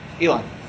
Elon